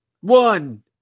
one